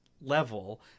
level